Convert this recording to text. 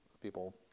people